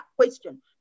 question